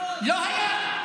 לא היה.